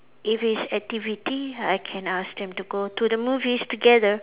if it's activity I can ask them to go to the movies together